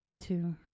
Two